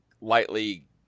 lightly